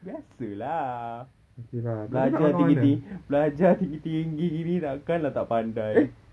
biasa lah belajar tinggi-tinggi belajar tinggi-tinggi gini takkan lah tak pandai